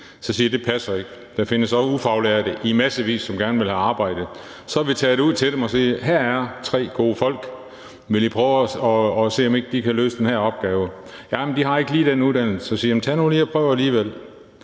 Så har jeg sagt: Det passer ikke, der findes ufaglærte i massevis, som gerne vil have arbejde. Så er vi taget ud til dem og har sagt: Her er tre gode folk, vil I prøve at se, om ikke de kan løse den her opgave? Så siger de: Jamen de har ikke lige den uddannelse. Og så siger jeg: Tag nu lige og prøv alligevel.